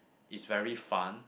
is very fun